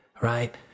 Right